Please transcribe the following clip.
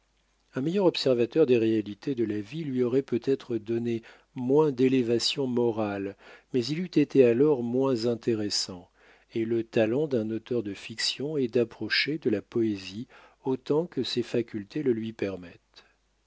un meilleur observateur des réalités de la vie lui aurait peut-être donné moins délévation morale mais il eût été alors moins intéressant et le talent d'un auteur de fictions est d'approcher de la poésie autant que ses facultés le lui permettent